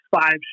five